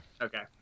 Okay